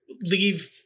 Leave